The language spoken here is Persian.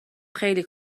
خیلی